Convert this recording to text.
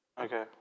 Okay